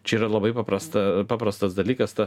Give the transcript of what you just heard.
čia yra labai paprasta paprastas dalykas ta